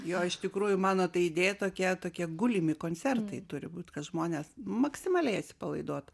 jo iš tikrųjų mano ta idėja tokia tokie gulimi koncertai turi būt kad žmonės maksimaliai atsipalaiduotų